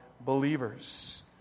believers